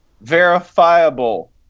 verifiable